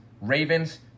Ravens